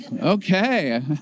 Okay